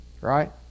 Right